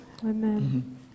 amen